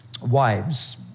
wives